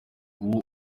uwo